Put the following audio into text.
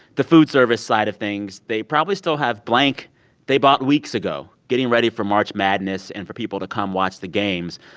the food service side of things, they probably still have blank they bought weeks ago, getting ready for march madness and for people to come watch the games.